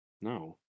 No